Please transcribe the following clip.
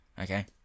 Okay